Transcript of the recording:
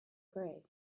gray